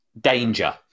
danger